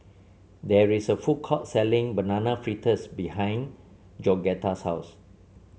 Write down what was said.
there is a food court selling Banana Fritters behind Georgetta's house